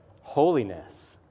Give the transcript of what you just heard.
holiness